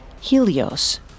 Helios